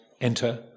enter